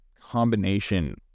combination